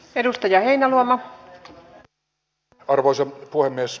edustaja heinäluoma kop arvoisa puhemies